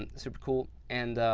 and super cool. and